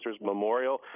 Memorial